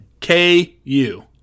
KU